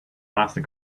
master